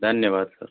धन्यवाद सर